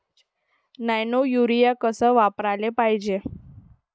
Nano urea कस वापराले पायजे?